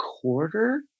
quarter